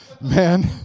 man